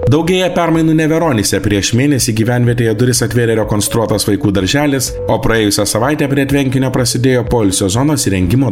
daugėja permainų neveronyse prieš mėnesį gyvenvietėje duris atvėrė rekonstruotas vaikų darželis o praėjusią savaitę prie tvenkinio prasidėjo poilsio zonos įrengimo